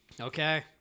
Okay